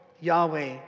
Yahweh